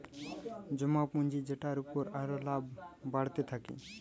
জমা পুঁজি যেটার উপর আরো লাভ বাড়তে থাকে